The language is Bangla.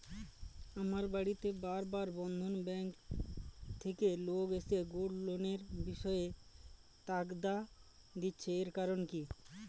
আমার বাড়িতে বার বার বন্ধন ব্যাংক থেকে লোক এসে গোল্ড লোনের বিষয়ে তাগাদা দিচ্ছে এর কারণ কি?